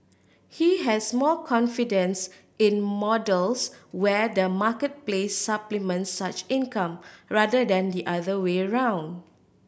he has more confidence in models where the marketplace supplements such income rather than the other way round